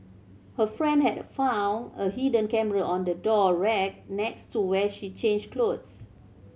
her friend had found a hidden camera on the door rack next to where she changed clothes